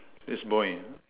this boy